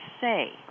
say